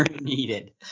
needed